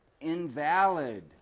invalid